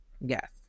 yes